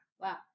Wow